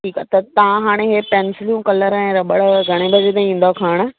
ठीकु आहे त तव्हां हाणे इहे पेनसिलियूं कलर ऐं रबड़ घणे वजे ताईं ईंदा खणणु